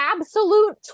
absolute